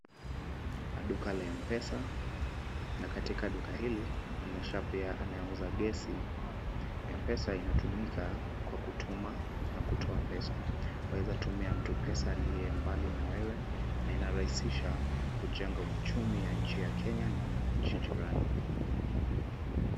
Kuna duka la M-Pesa na katika duka hili, inaonyesha pia anayeuza gesi. M-Pesa inatumika kwa kutuma na kutoa pesa. Waeza tumia mtu pesa aliye mbali na wewe na inarahisisha kujenga uchumi ya nchi ya Kenya na nchi jirani.